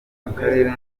akarere